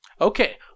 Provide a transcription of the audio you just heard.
Okay